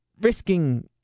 risking